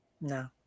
No